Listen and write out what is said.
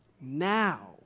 now